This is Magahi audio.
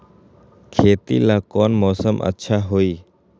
खेती ला कौन मौसम अच्छा होई?